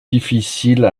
difficile